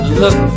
look